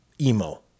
emo